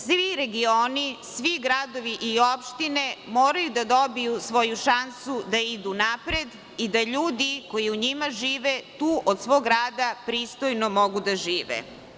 Svi regioni, svi gradovi i opštine moraju da dobiju svoju šansu da idu napred i da ljudi koji u njima žive tu od svog rada pristojno mogu da žive.